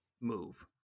move